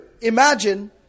imagine